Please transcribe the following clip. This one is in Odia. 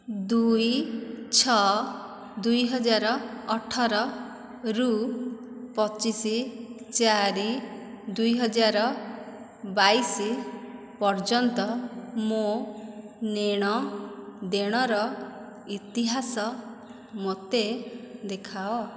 ଦୁଇ ଛଅ ଦୁଇ ହଜାର ଅଠର ରୁ ପଚିଶ ଚାରି ଦୁଇ ହଜାର ବାଇଶ ପର୍ଯ୍ୟନ୍ତ ମୋ ନେଣ ଦେଣର ଇତିହାସ ମୋତେ ଦେଖାଅ